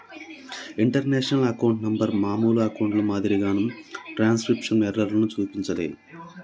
international account number మామూలు అకౌంట్ల మాదిరిగా ట్రాన్స్క్రిప్షన్ ఎర్రర్లను చూపించలే